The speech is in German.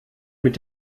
mit